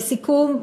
לסיכום,